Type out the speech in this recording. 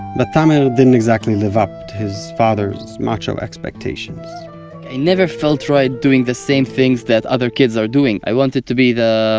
but tamer um ah didn't exactly live up to his father's macho expectations i never felt right doing the same things that other kids are doing. i wanted to be the